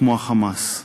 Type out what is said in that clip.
כמו ה"חמאס".